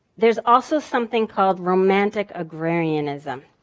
there's also something called romantic agrarianism.